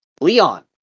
Leon